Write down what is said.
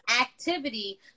activity